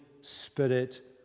Spirit